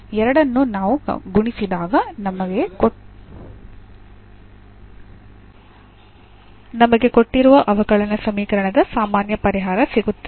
ಎರಡನ್ನು ನಾವು ಗುಣಿಸಿದಾಗ ನಮಗೆ ಕೊಟ್ಟಿರುವ ಅವಕಲನ ಸಮೀಕರಣದ ಸಾಮಾನ್ಯ ಪರಿಹಾರ ಸಿಗುತ್ತದೆ